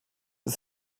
ist